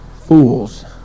fools